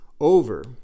over